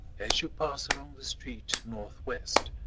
as you pass along the street north-west,